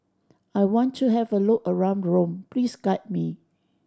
I want to have a look around Rome please guide me